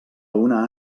una